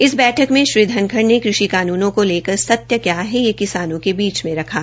इस बैठक में श्री धनखड़ ने कृषि कानूनों को लेकर सत्य क्या है यह किसानों के बीच में रखा